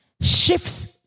shifts